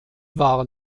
war